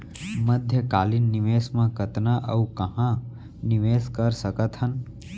मध्यकालीन निवेश म कतना अऊ कहाँ निवेश कर सकत हन?